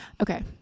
Okay